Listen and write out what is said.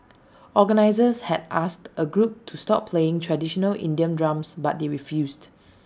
organisers had asked A group to stop playing traditional Indian drums but they refused